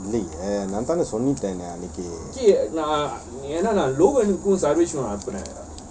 இல்லயே நான் தானே சோல்லிட்டேன் அன்னெக்கி:illaye naan thane sollittan annekki